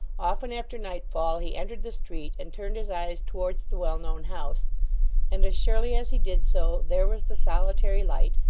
often after nightfall he entered the street, and turned his eyes towards the well-known house and as surely as he did so, there was the solitary light,